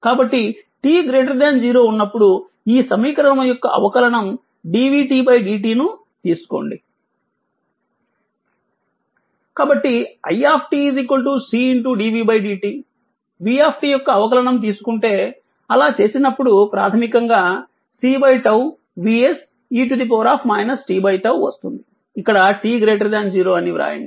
కాబట్టి t 0 ఉన్నప్పుడు ఈ సమీకరణం యొక్క అవకలనం dv dt ను తీసుకోండి కాబట్టి i Cdvdt v యొక్క అవకలనం తీసుకుంటే అలా చేసినప్పుడు ప్రాథమికంగా C 𝝉 VS e t 𝝉 వస్తుంది ఇక్కడ t 0 అని వ్రాయండి